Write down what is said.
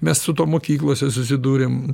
mes su tuo mokyklose susidūrėm